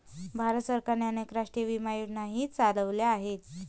भारत सरकारने अनेक राष्ट्रीय विमा योजनाही चालवल्या आहेत